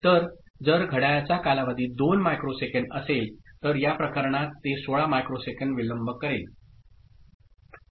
तर जर घड्याळाचा कालावधी 2 मायक्रोसेकंद असेल तर या प्रकरणात ते 16 मायक्रोसेकंद विलंब करेल